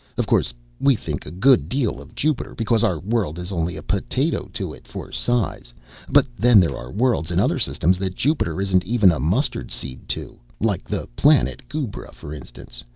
of course we think a good deal of jupiter, because our world is only a potato to it, for size but then there are worlds in other systems that jupiter isn't even a mustard-seed to like the planet goobra, for instance,